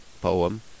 poem